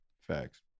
Facts